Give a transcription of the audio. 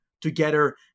together